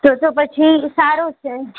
તો તો પછી સારું જ છે